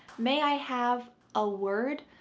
may i have a word?